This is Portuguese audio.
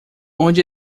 onde